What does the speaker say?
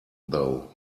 though